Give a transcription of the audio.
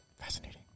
Fascinating